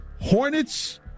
Hornets